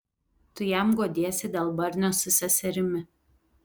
tu jam guodiesi dėl barnio su seserimi